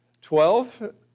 twelve